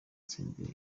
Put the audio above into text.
senderi